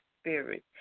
spirit